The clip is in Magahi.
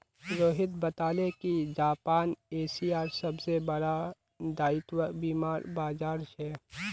रोहित बताले कि जापान एशियार सबसे बड़ा दायित्व बीमार बाजार छे